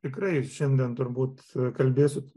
tikrai šiandien turbūt kalbėsiu